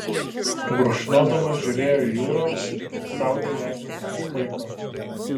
gurkšnodamas žiūrėjo į jūrą saulei leidžiantis už paiko